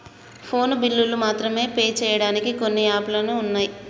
phone బిల్లులు మాత్రమే pay చెయ్యడానికి కొన్ని యాపులు వున్నయ్